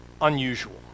unusual